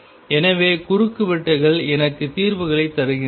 எனவே குறுக்குவெட்டுகள் எனக்கு தீர்வுகளைத் தருகின்றன